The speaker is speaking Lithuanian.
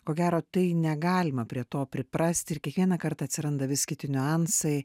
ko gero tai negalima prie to priprasti ir kiekvieną kartą atsiranda vis kiti niuansai